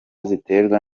ziterwa